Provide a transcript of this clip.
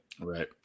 right